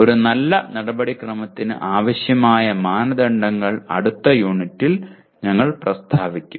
ഒരു നല്ല നടപടിക്രമത്തിന് ആവശ്യമായ മാനദണ്ഡങ്ങൾ അടുത്ത യൂണിറ്റിൽ ഞങ്ങൾ പ്രസ്താവിക്കും